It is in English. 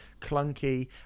clunky